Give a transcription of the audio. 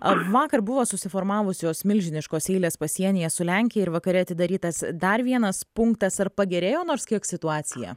ar vakar buvo susiformavusios milžiniškos eilės pasienyje su lenkija ir vakare atidarytas dar vienas punktas ar pagerėjo nors kiek situacija